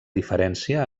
diferència